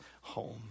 home